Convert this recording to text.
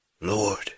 Lord